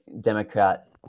Democrat